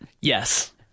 Yes